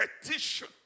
petition